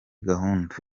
gahunda